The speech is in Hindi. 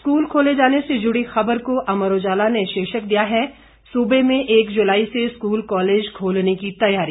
स्कूल खोले जाने से जुड़ी खबर को अमर उजाला ने शीर्षक दिया है सूबे में एक जुलाई से स्कूल कॉलेज खोलने की तैयारी